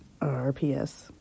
RPS